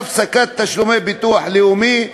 הפסקת תשלומי ביטוח לאומי,